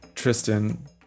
Tristan